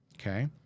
okay